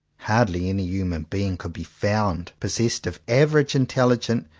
hardly any human being could be found, possessed of average intelligence,